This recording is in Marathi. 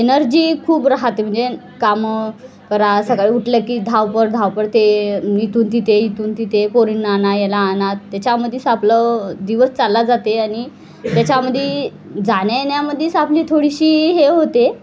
एनर्जी खूप राहते म्हणजे कामं करा सकाळी उठलं की धावपळ धावपळ ते इथून तिथे इथून तिथे पोरींना आणा याला आणा त्याच्यामध्ये आपलं दिवस चालला जाते आणि त्याच्यामध्ये जाण्या येण्यामध्ये आपली थोडीशी हे होते